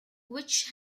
which